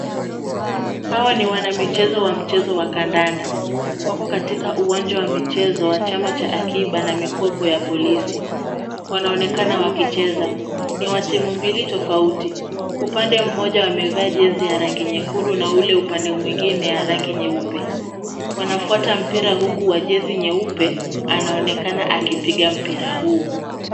Hawa ni wanamichezo wa mchezo wa kandanda. Wako katika uwanja wa michezo wa chama cha akiba na mikopo ya polisi, wanaonekana wakicheza. Ni wa timu mbili tofauti. Upande mmoja wamevaa jezi za rangi nyekundu na ule upande mwingine ya rangi nyeupe. Wanafuata mpira huku wa jezi nyeupe anaonekana akipiga mpira huo.